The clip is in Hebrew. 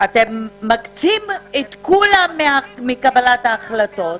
אתם "מקצים" את כולם מקבלת ההחלטות,